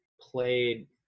played